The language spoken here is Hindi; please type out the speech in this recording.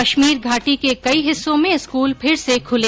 कश्मीर घाटी के कई हिस्सों में स्कूल फिर से खूले